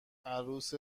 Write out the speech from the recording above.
عروس